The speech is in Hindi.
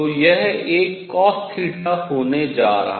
तो यह एक cosθ होने जा रहा है